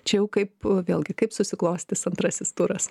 čia jau kaip vėlgi kaip susiklostys antrasis turas